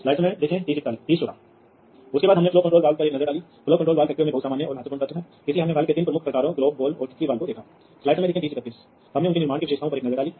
तो इन सभी उपकरणों के लिए आपको वास्तव में नियंत्रक के लिए सिर्फ एक जोड़ी तारों को चलाने की आवश्यकता है